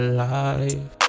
life